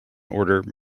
order